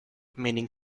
meaning